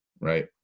right